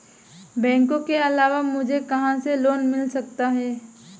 बैंकों के अलावा मुझे कहां से लोंन मिल सकता है?